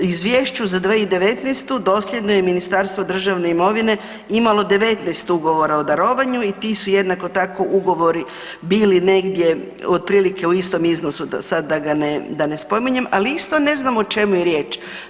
Izvješću za 2019.-tu dosljedno je Ministarstvo državne imovine imalo 19 ugovora o darovanju i ti su jednako tako ugovori bili negdje otprilike u istom iznosu, sad da ga ne, da ne spominje, ali isto ne znam o čemu je riječ.